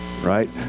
Right